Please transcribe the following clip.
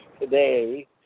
today